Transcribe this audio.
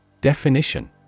Definition